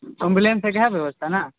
एम्बुलेंसके है व्यवस्था ने